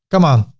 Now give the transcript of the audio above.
come on.